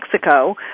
Mexico